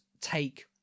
take